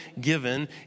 given